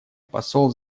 посол